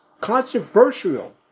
controversial